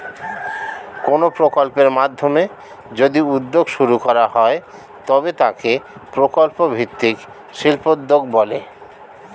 কোনো প্রকল্পের মাধ্যমে যদি উদ্যোগ শুরু করা হয় তবে তাকে প্রকল্প ভিত্তিক শিল্পোদ্যোগ বলে